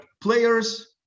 players